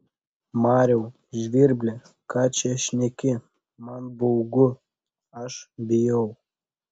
mariau žvirbli ką čia šneki man baugu aš bijau